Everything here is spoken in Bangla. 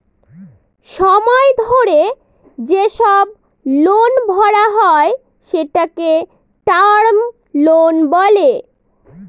সময় ধরে যেসব লোন ভরা হয় সেটাকে টার্ম লোন বলে